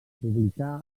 publicà